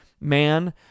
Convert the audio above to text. man